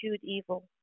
evil